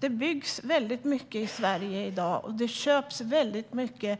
Det byggs mycket i Sverige, och det köps mycket